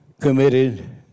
committed